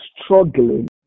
struggling